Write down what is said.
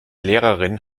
lehrerin